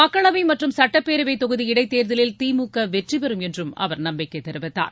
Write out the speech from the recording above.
மக்களவை மற்றும் சட்டப்பேரவை தொகுதி இடைத் தேர்தலில் திமுக வெற்றிபெறும் என்றும் அவர் நம்பிக்கை தெரிவித்தார்